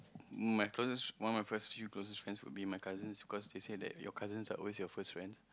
my close one of my first few closer friends would be my cousin because they said that your cousin are always your first friends